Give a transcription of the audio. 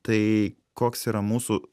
tai koks yra mūsų